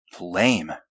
lame